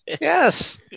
Yes